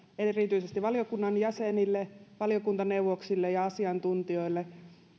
erityisesti valiokunnan jäsenille valiokuntaneuvoksille ja asiantuntijoille